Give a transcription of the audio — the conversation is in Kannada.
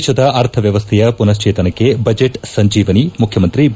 ದೇಶದ ಅರ್ಥವ್ಯವಸ್ಥೆಯ ಪುನಶ್ಚೇತನಕ್ಕೆ ಬಜೆಟ್ ಸಂಜೀವಿನಿ ಮುಖ್ಚುಮಂತ್ರಿ ಬಿ